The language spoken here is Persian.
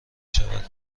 شود